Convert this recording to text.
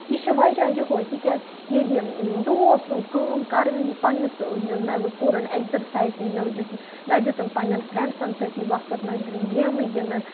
یہِ چھِ وجہہ یِہوٚہَے تِکیٛازِ ییٚلہِ یہِ دۄہَس روٗد کٲم کَرٲنی پنٛنِس یہِ نہ کوٚرُن اٮ۪کزَرسایزے نہ دِژٕ نہ دِتُن پنٛںٮ۪ن فرٛٮ۪نٛڈسن سۭتی وقت نہ گیمٕے گِنٛدُن